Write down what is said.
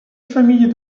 famille